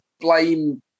blame